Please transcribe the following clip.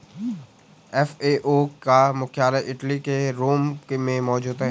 FAO का मुख्यालय Italy के रोम में मौजूद है